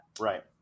Right